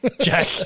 Jack